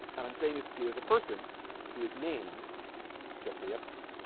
and i'm saying this to you as a person who is named jeffrey epstein